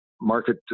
market